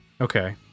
Okay